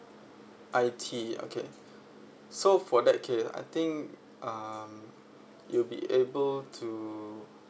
I_T okay so for that K I think um you be able to